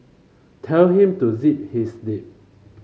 tell him to zip his lip